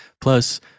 plus